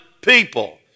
people